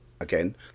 again